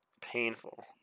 Painful